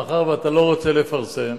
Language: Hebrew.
מאחר שאתה לא רוצה לפרסם,